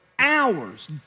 Hours